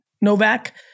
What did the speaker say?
Novak